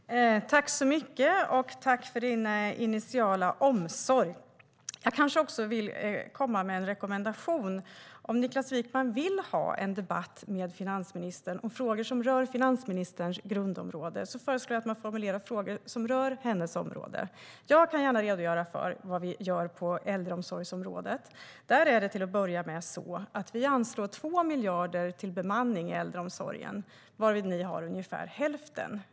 Herr talman! Jag tackar Niklas Wykman för hans initiala omsorg. Låt mig komma med en rekommendation. Om Niklas Wykman vill ha en debatt med finansministern om frågor som rör finansministerns grundområde föreslår jag att han formulerar frågor som rör hennes område. Jag redogör gärna för vad vi gör på äldreomsorgsområdet. Vi anslår 2 miljarder till bemanning i äldreomsorgen. Ni har ungefär hälften av det.